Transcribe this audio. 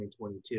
2022